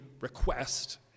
request